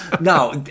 Now